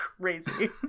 crazy